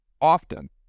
often